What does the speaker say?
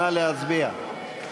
נא להצביע.